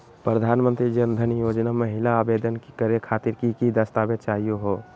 प्रधानमंत्री जन धन योजना महिना आवेदन करे खातीर कि कि दस्तावेज चाहीयो हो?